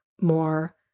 more